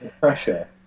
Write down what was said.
pressure